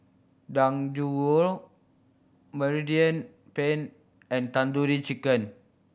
Dangojiru Mediterranean Penne and Tandoori Chicken